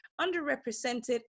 underrepresented